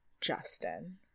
Justin